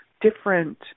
different